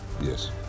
Yes